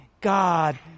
God